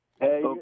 Hey